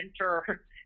enter